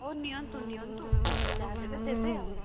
ହେଉ ନିଅନ୍ତୁ ନିଅନ୍ତୁ ଯାହା ଦେବେ ଦେବେ ଆଉ